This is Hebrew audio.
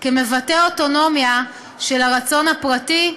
כמבטא אוטונומיה של הרצון הפרטי,